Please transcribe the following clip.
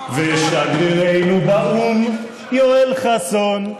ושגרירנו באו"ם יואל חסון,